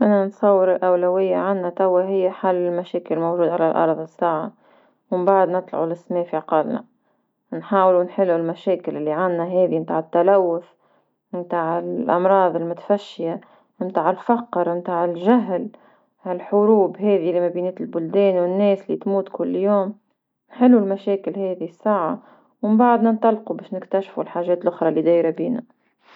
انا نتصور الأولوية عندنا توا هي حل المشاكل الموجودة على أرض الساعة، ومن بعد نطلعو للسما في عقالنا نحاولو نحلو المشاكل اللي عندنا هذي نتاع التلوث نتاع الامراض المتفشية نتاع الفقر نتاع الجهل ها الحروب هذي اللي ما البلدان والناس لي تموت كل يوم، حلو المشاكل هذي الساعة ومن بعد ننطلقو باش نكتشفو الحاجات لخرا لي دايرا بينا.